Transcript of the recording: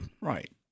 Right